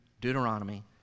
Deuteronomy